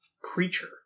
creature